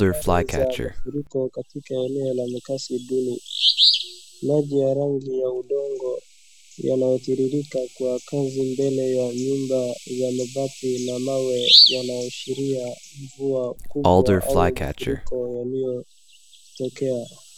Habari za mafuriko katika maeneo ya makaazi duni, maji ya rangi ya udongo yanayotiririka kwa kasi mbele ya nyumba za mabati na mawe yanaashiria mvua kubwa au mafuriko yaliyo tokea.